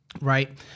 Right